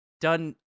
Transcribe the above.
done